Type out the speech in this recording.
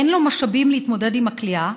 אין לו משאבים להתמודד עם הכליאה,